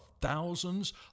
thousands